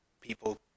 people